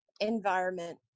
Environment